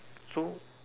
so